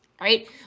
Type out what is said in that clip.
right